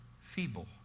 feeble